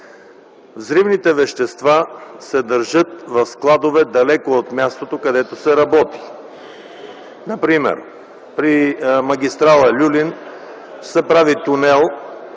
Взривните вещества се държат в складове далече от мястото, където се работи. Например – при магистрала „Люлин” се прави тунел,